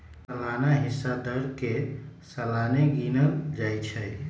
सलाना हिस्सा दर के सलाने गिनल जाइ छइ